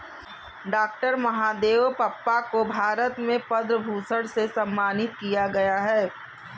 doctor Mahadevappa को भारत में पद्म भूषण से सम्मानित किया गया है